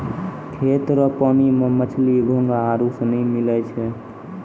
खेत रो पानी मे मछली, घोंघा आरु सनी मिलै छै